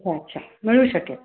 अच्छा अच्छा मिळू शकेल